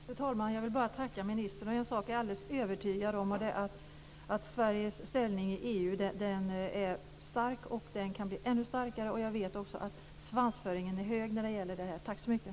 Fru talman! Jag vill bara tacka ministern. En sak är jag alldeles övertygad om. Sveriges ställning i EU är stark, och den kan bli ännu starkare. Jag vet också att svansföringen är hög när det gäller det här. Tack så mycket.